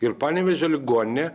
ir panevėžio ligoninė